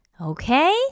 Okay